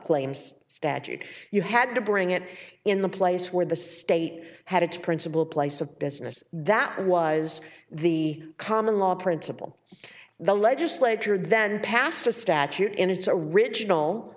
claims statute you had to bring it in the place where the state had its principal place of business that was the common law principle the legislature then passed a statute in its original